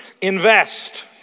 invest